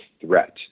threat